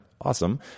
Awesome